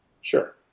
Sure